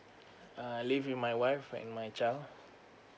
uh I live with my wife and my child